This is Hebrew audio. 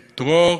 ודרור,